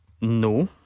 No